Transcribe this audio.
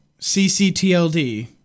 cctld